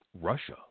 Russia